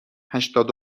هشتاد